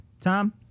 Tom